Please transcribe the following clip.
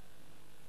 (תיקון מס'